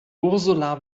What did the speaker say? ursula